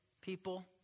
people